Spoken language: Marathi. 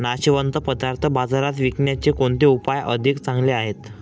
नाशवंत पदार्थ बाजारात विकण्याचे कोणते उपाय अधिक चांगले आहेत?